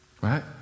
Right